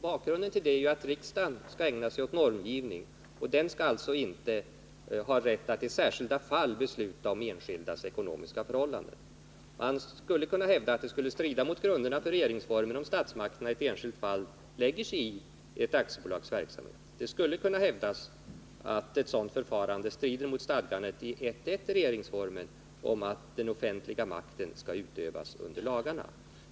Bakgrunden till detta är att riksdagen skall ägna sig åt normgivning och den skall alltså inte ha rätt att i särskilda fall besluta om enskildas ekonomiska förhållanden. Man skulle kunna hävda att det skulle strida mot grunderna för regeringsformen, om statsmakterna i ett enskilt fall lägger sig i ett aktiebolags verksamhet. Det skulle kunna hävdas att ett sådan förfarande strider mot stadgandena i 1 kap. 1§ regeringsformen om att den offentliga makten skall utövas under lagarna.